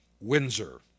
Windsor